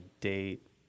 date